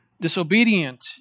disobedient